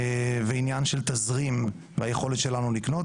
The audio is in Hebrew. ועניין של תזרים והיכולת שלנו לקנות.